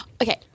Okay